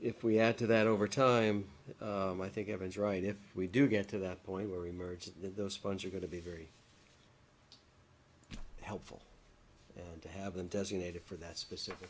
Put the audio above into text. if we add to that over time i think evan is right if we do get to that point where we merge those funds are going to be very helpful to have them designated for that specific